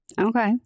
Okay